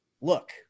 look